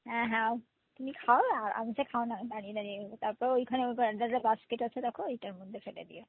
হ্যাঁ হ্যাঁ ও তুমি খাও খাও আরামসে খাও না দাঁড়িয়ে দাঁড়িয়ে তারপর ওইখানে ওই তো এক জাগায় বাস্কেট আছে দেখো ওইটার মধ্যে ফেলে দিও